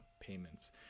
payments